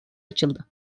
açıldı